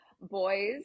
boys